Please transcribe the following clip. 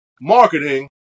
marketing